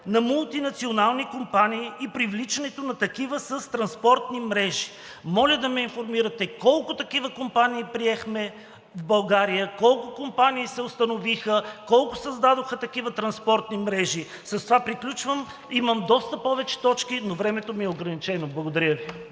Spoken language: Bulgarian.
на мултинационални компании и привличането на такива с транспортни мрежи. Моля да ме информирате колко такива компании приехме в България, колко компании се установиха, колко създадоха такива транспортни мрежи? С това приключвам. Имам доста повече точки, но времето ми е ограничено. Благодаря Ви.